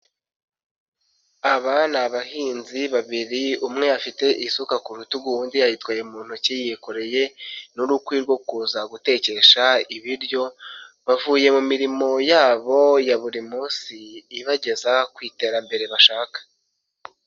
Aba ni abahinzi babiri umwe afite isuka ku rutugu ubundi ayitwaye mu ntoki. Yikoreye n'urukwi rwo kuza gutekesha ibiryo. Bavuye mu mirimo yabo ya buri munsi ibageza ku iterambere bashaka.